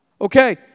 Okay